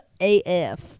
AF